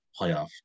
playoff